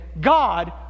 God